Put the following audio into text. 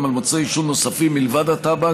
גם על מוצרי עישון נוספים מלבד הטבק,